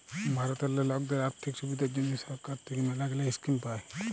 ভারতেল্লে লকদের আথ্থিক সুবিধার জ্যনহে সরকার থ্যাইকে ম্যালাগিলা ইস্কিম পায়